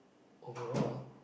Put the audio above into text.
overall